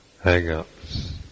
hang-ups